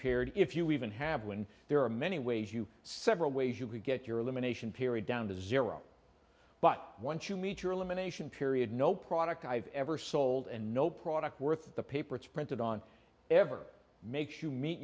paired if you even have win there are many ways you several ways you could get your elimination period down to zero but once you meet your elimination period no product i've ever sold and no product worth the paper it's printed on ever makes you meet